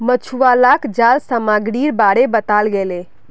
मछुवालाक जाल सामग्रीर बारे बताल गेले